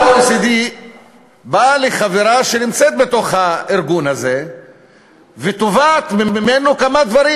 עכשיו ה-OECD בא לחברה שנמצאת בארגון הזה ותובע ממנה כמה דברים,